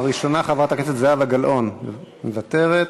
הראשונה, חברת הכנסת זהבה גלאון, מוותרת,